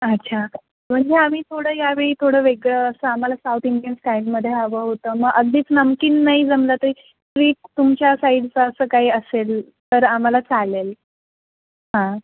अच्छा म्हणजे आम्ही थोडं या वेळी थोडं वेगळं असं आम्हाला साऊथ इंडियन स्टाईलमध्ये हवं होतं मग अगदीच नमकीन नाही जमलं तरी ट्लिस्ट तुमच्या साईडचा असं काही असेल तर आम्हाला चालेल हां